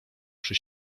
przy